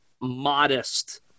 modest